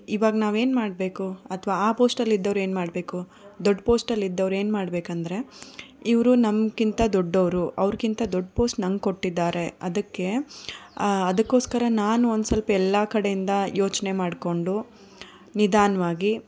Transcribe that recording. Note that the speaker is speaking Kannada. ಇವಾಗ ನಾವೇನು ಮಾಡಬೇಕು ಅಥವಾ ಆ ಪೋಸ್ಟಲ್ಲಿ ಇದ್ದವ್ರು ಏನು ಮಾಡಬೇಕು ದೊಡ್ಡ ಪೋಸ್ಟಲ್ಲಿ ಇದ್ದವ್ರು ಏನು ಮಾಡಬೇಕಂದ್ರೆ ಇವ್ರು ನಮಗಿಂತ್ತ ದೊಡ್ಡೋರು ಅವ್ರಿಗಿಂತ ದೊಡ್ಡ ಪೋಸ್ಟ್ ನಂಗೆ ಕೊಟ್ಟಿದ್ದಾರೆ ಅದಕ್ಕೆ ಅದಕ್ಕೋಸ್ಕರ ನಾನು ಒಂದು ಸ್ವಲ್ಪ ಎಲ್ಲ ಕಡೆಯಿಂದ ಯೋಚನೆ ಮಾಡಿಕೊಂಡು ನಿಧಾನವಾಗಿ